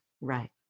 Right